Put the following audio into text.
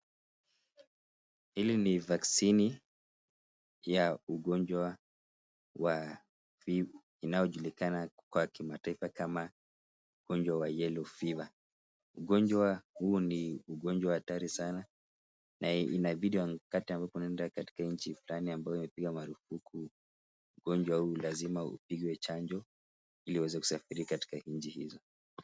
Hili ni [vaccine] ya ugonjwa wa [fever] unao julikana kimataifa kama ugonjwa wa [Yellow fever]. Ugonjwa huu ni ugonjwa hatari sanaa na inabidi wakati unapoenda nchi fulani ambayo wamepiga marufuku ugonjwa huu lazima upigwe chanjo ili uweze kusafiri katika nchi hizo.